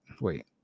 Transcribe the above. wait